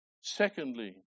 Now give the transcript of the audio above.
Secondly